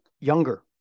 younger